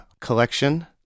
collection